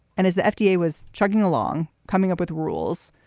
and as the fda was chugging along, coming up with rules,